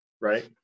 right